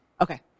Okay